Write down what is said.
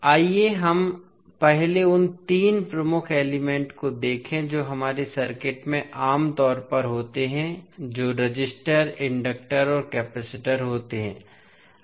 आइए हम पहले उन तीन प्रमुख एलिमेंट को देखें जो हमारे सर्किट में आम तौर पर होते हैं जो रेजिस्टर इंडक्टर और कैपेसिटर होते हैं